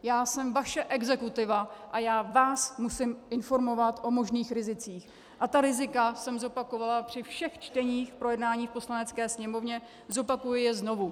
Já jsem vaše exekutiva a já vás musím informovat o možných rizicích a ta rizika jsem zopakovala při všech čteních projednání v Poslanecké sněmovně, zopakuji je znovu.